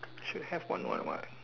should have one what what